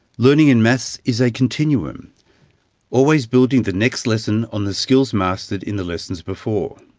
learning in maths is a continuum always building the next lesson on the skills mastered in the lessons before.